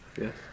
yes